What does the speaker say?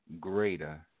greater